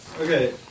Okay